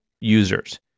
users